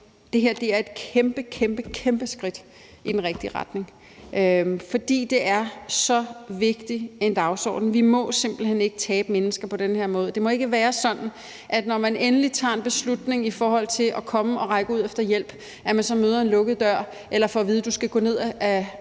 det her er et kæmpe, kæmpe skridt i den rigtige retning, fordi det er så vigtig en dagsorden. Vi må simpelt hen ikke tabe mennesker på den her måde. Det må ikke være sådan, at når man endelig tager en beslutning i forhold til at komme og række ud efter hjælp, møder man en lukket dør eller får at vide, at man skal gå ned ad